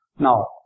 Now